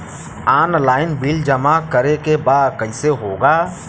Online bill जमा करे के बा कईसे होगा?